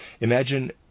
Imagine